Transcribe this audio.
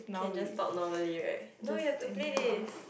can just talk normally right no we have to play this